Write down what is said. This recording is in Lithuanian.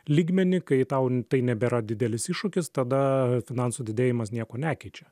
lygmenį kai tau tai nebėra didelis iššūkis tada finansų didėjimas nieko nekeičia